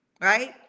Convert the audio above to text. Right